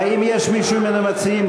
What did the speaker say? האם יש מישהו מן המציעים?